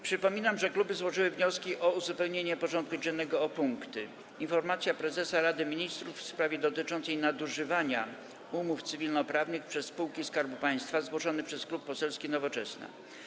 Przypominam, że kluby złożyły wnioski o uzupełnienie porządku dziennego o punkty: - Informacja prezesa Rady Ministrów w sprawie dotyczącej nadużywania umów cywilnoprawnych przez spółki Skarbu Państwa - zgłoszony przez Klub Poselski Nowoczesna,